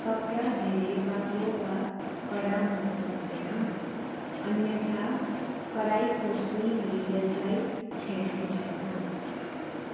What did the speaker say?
कपडा धेरै बाक्लो वा कडा हुनसक्दैन अन्यथा कढाईको सुईले यसलाई छेड्ने छैन